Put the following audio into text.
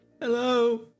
Hello